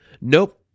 Nope